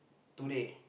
today